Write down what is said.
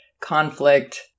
conflict